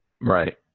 right